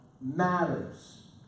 matters